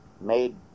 made